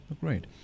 Great